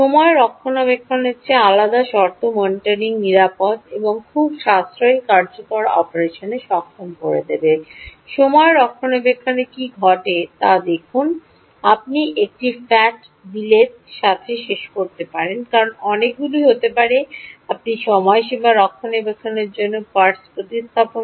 সময় রক্ষণাবেক্ষণের চেয়ে আলাদা শর্ত মনিটরিং নিরাপদ এবং খুব সাশ্রয়ী কার্যকর অপারেশন সক্ষম করে দেবে সময় রক্ষণাবেক্ষণে কী ঘটে তা দেখুন আপনি একটি ফ্যাট বিলের সাথে শেষ করতে পারেন কারণ অনেকগুলি হতে পারে আপনি সময়সীম রক্ষণাবেক্ষণ করেন পার্টস প্রতিস্থাপন